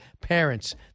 Parents